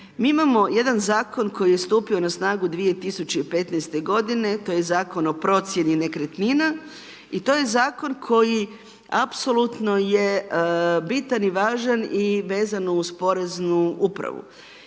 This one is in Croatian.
Mi imamo jedan zakon koji je stupio na snagu 2015. godine, to je zakon o procjeni nekretnina i to je zakon koji apsolutno je bitan i važan i vezan uz poreznu upravu.